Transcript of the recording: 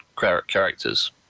characters